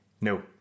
no